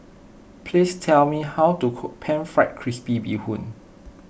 please tell me how to cook Pan Fried Crispy Bee Hoon